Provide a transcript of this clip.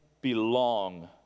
belong